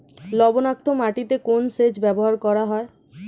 লবণাক্ত মাটিতে কোন সেচ ব্যবহার করা হয়?